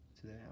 today